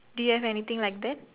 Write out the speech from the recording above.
do you have anything like that